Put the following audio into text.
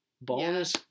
Bonus